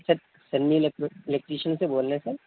سر Sunny electrician سے بول رہے سر